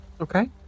Okay